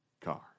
car